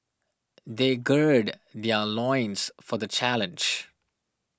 they gird their loins for the challenge